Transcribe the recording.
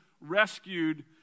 rescued